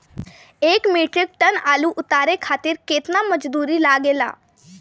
एक metric tonne आलू उतारे खातिर केतना मजदूरी लागेला?